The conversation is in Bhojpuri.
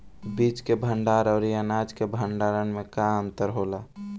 बीज के भंडार औरी अनाज के भंडारन में का अंतर होला?